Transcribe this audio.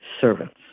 servants